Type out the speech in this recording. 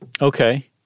okay